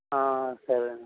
సరే అండి